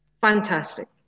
Fantastic